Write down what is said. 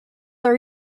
are